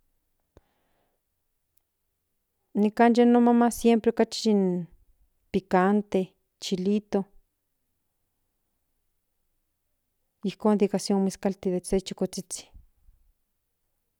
Nikan in no maman siempre in picante chilito ijkon nika nizkalte den se zhukozhizhin.